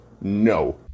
no